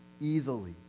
easily